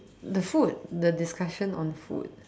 the food the discussion on food